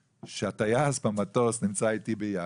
שהטייס במטוס נמצא איתי ביחד,